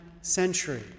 century